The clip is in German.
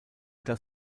das